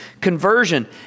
conversion